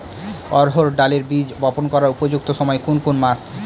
অড়হড় ডালের বীজ বপন করার উপযুক্ত সময় কোন কোন মাস?